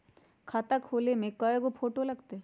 खाता खोले में कइगो फ़ोटो लगतै?